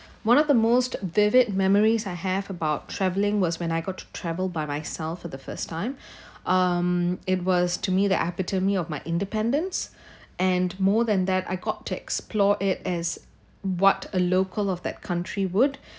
one of the most vivid memories I have about traveling was when I got to travel by myself for the first time um it was to me the epitome of my independence and more than that I got to explore it as what a local of that country would